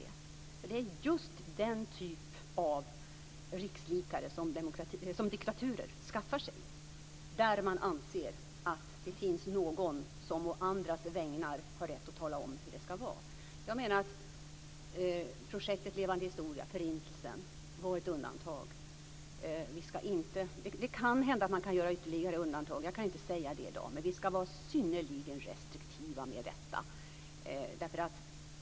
Det är just den typen av rikslikare som diktaturer skaffar sig, där man anser att det finns någon som på andras vägnar har rätt att tala om hur det ska vara. Jag menar att projektet Levande historia, om Förintelsen, var ett undantag. Det kan hända att man kan göra ytterligare undantag - jag kan inte säga det i dag - men vi ska vara synnerligen restriktiva med detta.